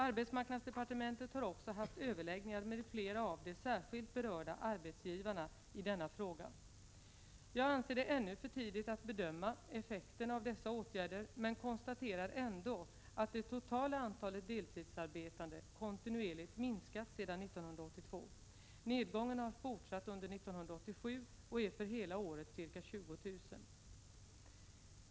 Arbetsmarknadsdepartementet har också haft överläggningar med flera av de särskilt berörda arbetsgivarna i denna fråga. Jag anser det ännu för tidigt att bedöma effekterna av dessa åtgärder men konstaterar ändå att det totala antalet deltidsarbetande kontinuerligt min skat sedan 1982. Nedgången har fortsatt under 1987 och är för hela året ca 20 000.